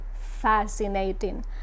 fascinating